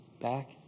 back